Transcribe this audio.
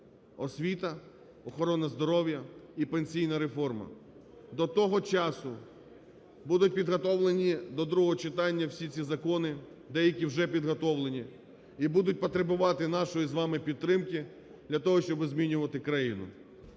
освіта, охорона здоров'я і пенсійна реформа. До того часу будуть підготовлені до другого читанні ці всі закони. Деякі вже підготовлені. І будуть потребувати нашої з вами підтримки для того, щоб змінювати країну.